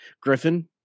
Griffin